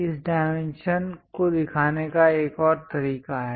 इस डायमेंशन को दिखाने का एक और तरीका है